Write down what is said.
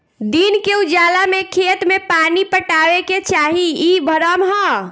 दिन के उजाला में खेत में पानी पटावे के चाही इ भ्रम ह